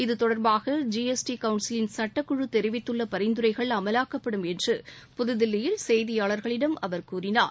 இதுதொடர்பாக ஜிஎஸ்டி கவுன்சிலின் சட்டக்குழு தெரிவித்துள்ள பரிந்துரைகள் அமலாக்கப்படும் என்று புதுதில்லியில் செய்தியாளர்களிடம் அவர் கூறினார்